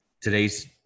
today's